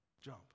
Jump